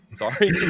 Sorry